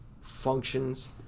functions